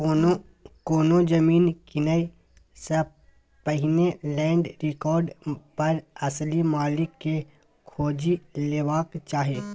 कोनो जमीन कीनय सँ पहिने लैंड रिकार्ड पर असली मालिक केँ खोजि लेबाक चाही